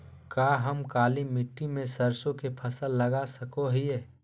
का हम काली मिट्टी में सरसों के फसल लगा सको हीयय?